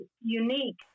unique